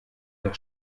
der